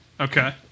Okay